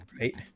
right